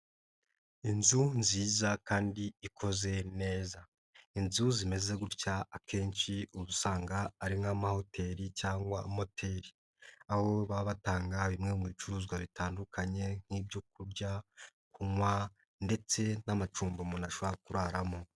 Inzu nziza kandi ikoze neza inzu zimeze gutya akenshi uba sanga ari nk'amahoteli cyangwa moteri, aho baba batanga bimwe mu bicuruzwa bitandukanye nk'ibyo kurya kunywa ndetse n'amacumbi umuntu ashobora kuraramo.